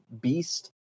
beast